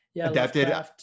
adapted